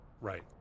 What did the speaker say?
right